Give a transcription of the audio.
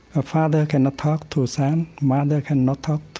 a father cannot talk to a son, mother cannot talk